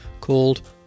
called